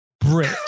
Brit